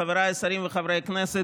חבריי השרים וחברי הכנסת,